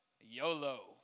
YOLO